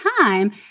time